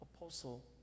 apostle